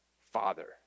Father